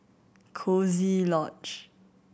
Coziee Lodge